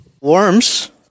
Worms